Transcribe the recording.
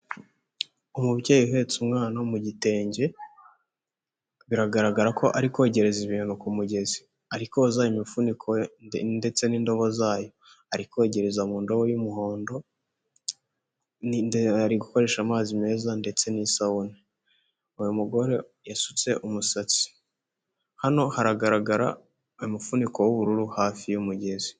Umubyeyi uhetse umwana mu gitenge, biragaragara ko ari kwogereza ibintu ku mugezi ari koza imifuniko ndetse n'indobo zayo, ari kogereza mu ndobo y'umuhondo, ari gukoresha amazi meza ndetse n'isabune, uyu mugore yasutse umusatsi hano haragaragara umufuniko w'ubururu hafi y'umugezi.